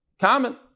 common